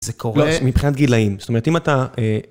זה קורה מבחינת גילאים, זאת אומרת אם אתה...